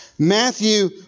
Matthew